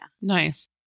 Nice